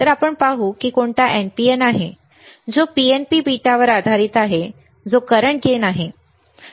तर आपण पाहू की कोणता NPN आहे जो PNP बीटावर आधारित आहे जो करंट गेन आहे